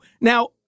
now